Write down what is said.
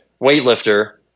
weightlifter